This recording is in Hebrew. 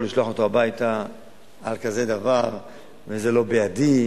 לשלוח אותו הביתה על כזה דבר וזה לא בידי,